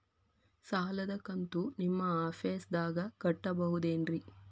ಸಾಲದ ಕಂತು ನಿಮ್ಮ ಆಫೇಸ್ದಾಗ ಕಟ್ಟಬಹುದೇನ್ರಿ?